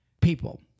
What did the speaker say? people